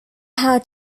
how